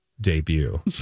debut